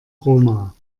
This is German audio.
roma